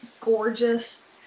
gorgeous